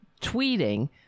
tweeting